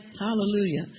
Hallelujah